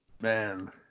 Man